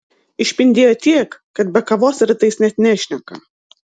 išpindėjo tiek kad be kavos rytais net nešneka